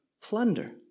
plunder